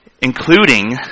Including